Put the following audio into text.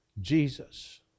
Jesus